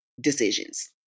decisions